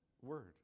word